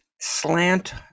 slant